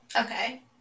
Okay